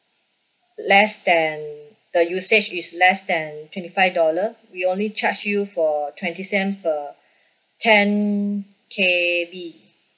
less than the usage is less than twenty five dollar we only charge you for twenty cent per ten K_B